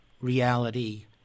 reality